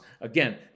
again